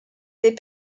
des